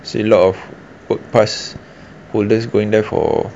it's a lot of work pass holders going there for